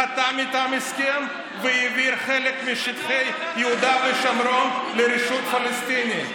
חתם איתם הסכם והעביר חלק משטחי יהודה ושומרון לרשות הפלסטינית.